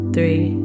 Three